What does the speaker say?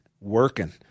working